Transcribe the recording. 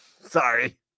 Sorry